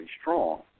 strong